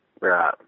Right